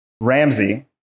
Ramsey